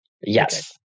Yes